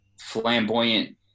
flamboyant